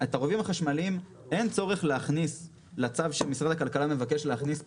את הרובים החשמליים אין צורך להכניס לצו שמשרד הכלכלה מבקש להכניס פה,